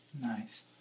Nice